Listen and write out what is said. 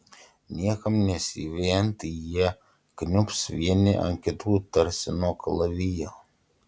niekam nesivejant jie kniubs vieni ant kitų tarsi nuo kalavijo